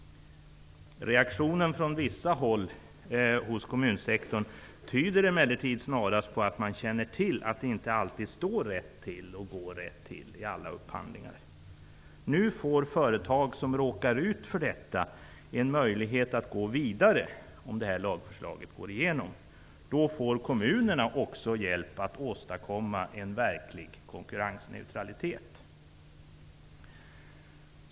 Reaktionen från vissa håll i kommunsektorn tyder emellertid snarast på att man känner till att det inte alltid står och går rätt till i alla upphandlingar. Om lagförslaget antas, får företag som råkar ut för otillbörligt beteeende vid offentlig upphandling en möjlighet att gå vidare. I så fall får också kommunerna hjälp att åstadkomma verklig konkurrensneutralitet.